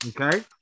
Okay